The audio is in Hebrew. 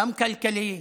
גם כלכלי,